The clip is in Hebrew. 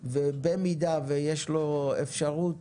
ובמידה שיש לו אפשרות